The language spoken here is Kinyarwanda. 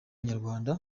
inyarwanda